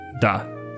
Duh